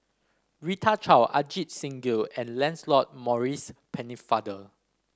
Rita Chao Ajit Singh Gill and Lancelot Maurice Pennefather